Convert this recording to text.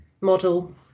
model